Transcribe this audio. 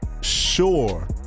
sure